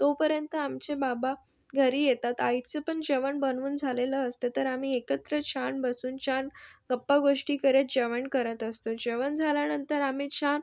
तोपर्यंत आमचे बाबा घरी येतात आईचं पण जेवण बनवून झालेलं असतं तर आम्ही एकत्र छान बसून छान गप्पागोष्टी करत जेवण करत असतो जेवण झाल्यानंतर आम्ही छान